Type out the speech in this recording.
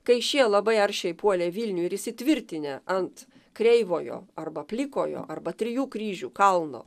kai šie labai aršiai puolė vilnių ir įsitvirtinę ant kreivojo arba plikojo arba trijų kryžių kalno